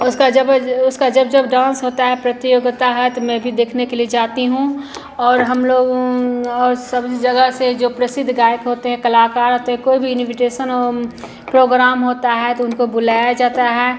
उनका जब उसका जब जब डांस होता है प्रतियोगिता है तो मैं भी देखने के लिए जाती हूँ और हम लोग और सभी जगह से जो प्रसिद्ध गायक होते हैं कलाकार होते हैं कोई भी इन्विटेसन हो प्रोग्राम होता है तो उनको बुलाया जाता है